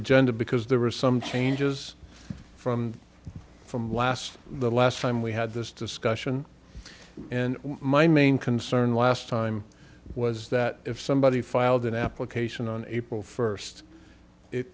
agenda because there were some changes from from last the last time we had this discussion and my main concern last time was that if somebody filed an application on april first